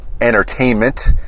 Entertainment